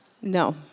No